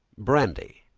brandy,